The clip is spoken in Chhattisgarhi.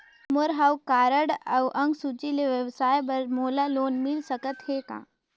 मोर हव कारड अउ अंक सूची ले व्यवसाय बर मोला लोन मिल सकत हे का?